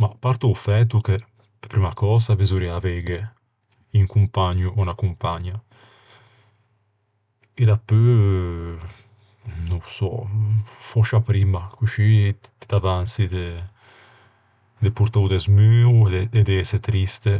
Mah, à parte o fæto che pe primma cösa besorriæ aveighe un compagno ò unna compagna. E dapeu no ô sò. Fòscia primma, coscì ti t'avansi de portâ o desmuo e de ëse triste.